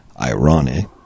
ironic